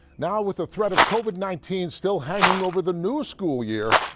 now with the threat of covid nineteen still hanging over the new school year,